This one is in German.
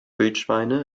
wildschweine